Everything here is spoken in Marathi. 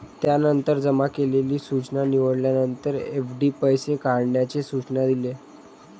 त्यानंतर जमा केलेली सूचना निवडल्यानंतर, एफ.डी पैसे काढण्याचे सूचना दिले